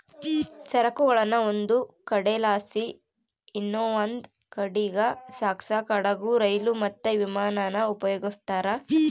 ಸರಕುಗುಳ್ನ ಒಂದು ಕಡೆಲಾಸಿ ಇನವಂದ್ ಕಡೀಗ್ ಸಾಗ್ಸಾಕ ಹಡುಗು, ರೈಲು, ಮತ್ತೆ ವಿಮಾನಾನ ಉಪಯೋಗಿಸ್ತಾರ